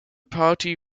party